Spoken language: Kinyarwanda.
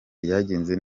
ryagenze